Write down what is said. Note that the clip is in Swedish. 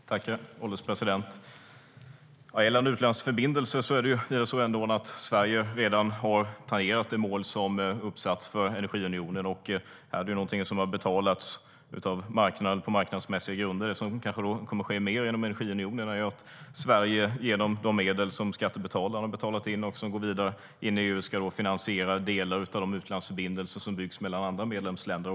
Herr ålderspresident! När det gäller utländska förbindelser har Sverige redan tangerat det mål som har satts upp för energiunionen. Det har betalats av marknaden på marknadsmässiga grunder. Det som kanske kommer att ske mer inom energiunionen är att Sverige genom de medel som skattebetalarna har betalat in och som går vidare in i EU ska finansiera delar av de utlandsförbindelser som byggs mellan andra medlemsländer.